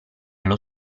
allo